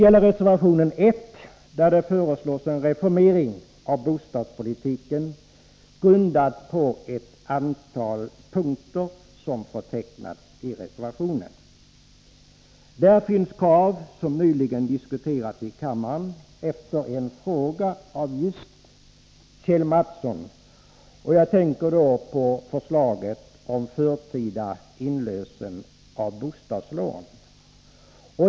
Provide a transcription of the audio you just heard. I reservation 1 föreslås en reformering av bostadspolitiken, grundad på ett antal punkter som förtecknats i reservationen. Där finns ett krav som nyligen diskuterats i kammaren efter en fråga från just Kjell Mattsson. Jag tänker då på förslaget om förtida inlösen av bostadslån.